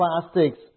plastics